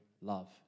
love